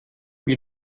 wie